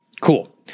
Cool